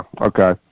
okay